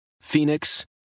Phoenix